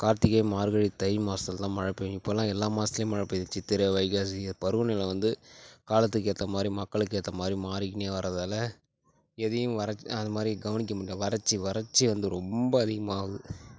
கார்த்திகை மார்கழி தை மாதத்துலதான் மழை பெய்யும் இப்போலாம் எல்லா மாதத்துலையும் மழை பெய்யுது சித்திரை வைகாசி பருவநிலை வந்து காலத்துக்கு ஏற்ற மாதிரி மக்களுக்கு ஏற்ற மாதிரி மாறிக்கின்னே வரதால எதையும் வறட் அது மாரி கவனிக்கமுல்ல வறட்சி வறட்சி வந்து ரொம்ப அதிகமாவுது